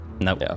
no